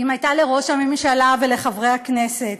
אם היו לראש הממשלה ולחברי הכנסת,